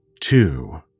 two